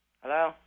Hello